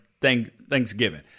Thanksgiving